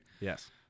Yes